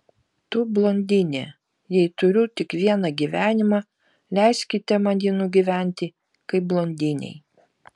tu blondinė jei turiu tik vieną gyvenimą leiskite man jį nugyventi kaip blondinei